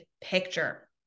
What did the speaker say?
picture